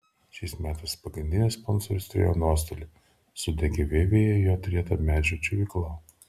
šiais metais pagrindinis sponsorius turėjo nuostolį sudegė vievyje jo turėta medžio džiovykla